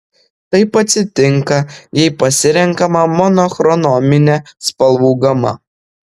taip atsitinka jei pasirenkama monochrominė spalvų gama